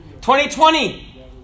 2020